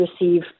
receive